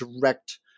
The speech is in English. direct